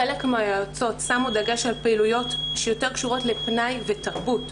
חלק מן היועצות שמו דגש על פעילויות שיותר קשורות לפנאי ותרבות,